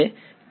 વિદ્યાર્થી